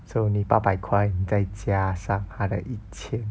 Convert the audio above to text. so 你八百块你再加上她的的一千